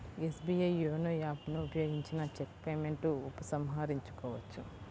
SBI YONO app ను ఉపయోగించిన cheque payment ఉపసంహరించుకోవచ్చు